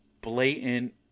blatant